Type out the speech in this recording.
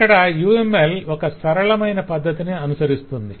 ఇక్కడ UML ఒక సరళమైన పద్దతిని అనుసరిస్తుంది